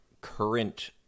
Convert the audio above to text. current